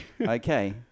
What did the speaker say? Okay